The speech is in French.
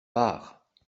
pars